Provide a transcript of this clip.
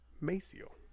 Maceo